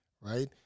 Right